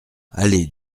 allée